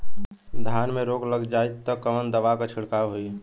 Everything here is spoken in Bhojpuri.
धान में रोग लग जाईत कवन दवा क छिड़काव होई?